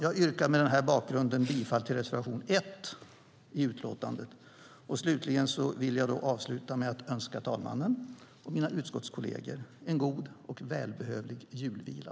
Jag yrkar mot den här bakgrunden bifall till reservation 1 i utlåtandet. Och jag vill avsluta med att önska talmannen och mina utskottskolleger en god och välbehövlig julvila.